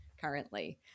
currently